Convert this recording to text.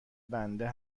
بنده